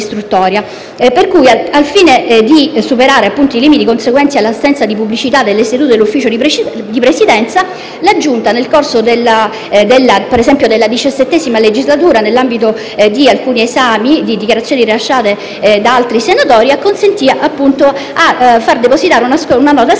Al fine di superare i limiti conseguenti all'assenza di pubblicità delle sedute dell'Ufficio di Presidenza, la Giunta, nel corso della XVII legislatura, nell'ambito di alcuni esami di dichiarazioni rilasciate da altri senatori, acconsentì a far depositare una nota scritta dal Presidente